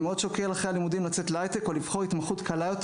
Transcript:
אני מאוד שוקל אחרי הלימודים לצאת להייטק או לבחור התמחות קלה יותר